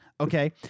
Okay